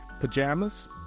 pajamas